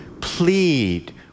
plead